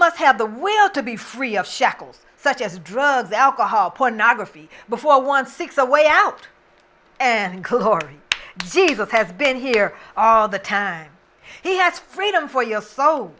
must have the will to be free of shackles such as drugs alcohol pornography before one six a way out and jesus has been here all the time he has freedom for your soul